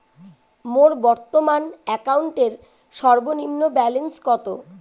মোর বর্তমান অ্যাকাউন্টের সর্বনিম্ন ব্যালেন্স কত?